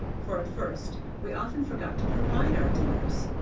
for at first we often forgot to provide our dinners.